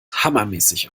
hammermäßig